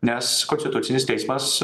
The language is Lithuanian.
nes konstitucinis teismas